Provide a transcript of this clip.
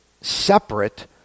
separate